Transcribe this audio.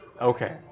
Okay